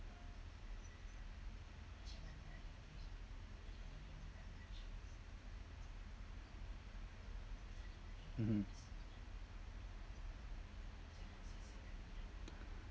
mmhmm